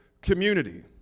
community